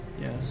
Yes